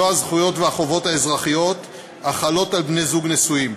בו את מלוא הזכויות והחובות האזרחיות החלות על בני-זוג נשואים.